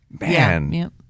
Man